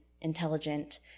intelligent